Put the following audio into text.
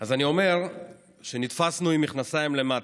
אז אני אומר שנתפסנו עם המכנסיים למטה,